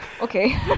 Okay